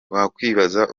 wakwibaza